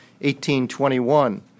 1821